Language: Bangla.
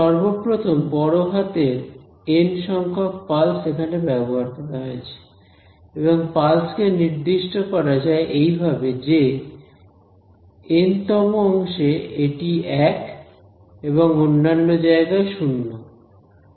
সর্বপ্রথম বড় হাতের এন সংখ্যক পালস এখানে ব্যবহার করা হয়েছে এবং পালস কে নির্দিষ্ট করা যায় এইভাবে যে এন তম অংশে এটি 1 এবং অন্যান্য জায়গায় 0